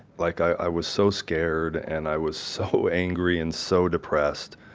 like i was so scared and i was so angry and so depressed.